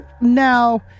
Now